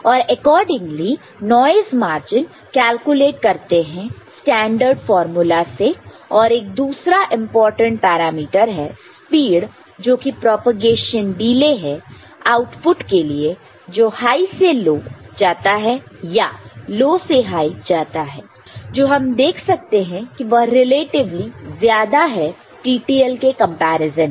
और accordingly noise margin calculate calculateकरते हैं स्टैंडर्ड फार्मूला से और एक दूसरा इंपॉर्टेंट पैरामीटर है स्पीड जो कि प्रोपेगेशन डिले है आउटपुट के लिए जो हाई से लो जाता है या लो से हाय जाता है जो हम देख सकते हैं कि वह रिलेटिवली ज्यादा है TTL के कंपैरिजन में